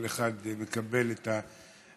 כל אחד מקבל את הנתח,